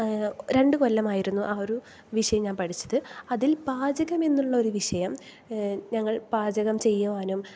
രണ്ട് കൊല്ലമായിരുന്നു ആ ഒരു വിഷയം ഞാൻ പഠിച്ചത് അതിൽ പാചകമെന്നുള്ളൊരു വിഷയം ഞങ്ങൾ പാചകം ചെയ്യാനും